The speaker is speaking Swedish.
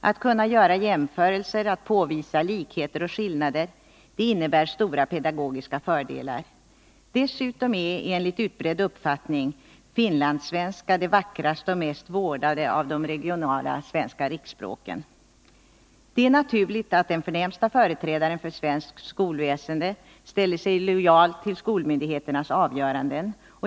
Att kunna göra jämförelser och att kunna påvisa likheter och skillnader har stora pedagogiska fördelar. Dessutom är enligt en utbredd uppfattning finlandssvenskan den vackraste och mest vårdade av de regionala svenska riksspråksvarianterna. Det är naturligt att den förnämsta företrädaren för svenskt skolväsende ställer sig lojal till skolmyndigheternas avgöranden.